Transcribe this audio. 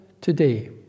today